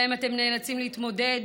שבהם אתם נאלצים להתמודד